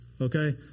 okay